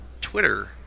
Twitter